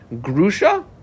Grusha